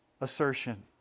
assertion